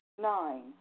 Nine